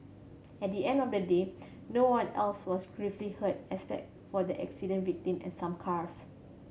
at the end of the day no one else was gravely hurt except for the accident victim and some cars